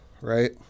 Right